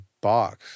box